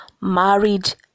married